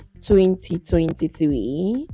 2023